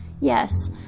Yes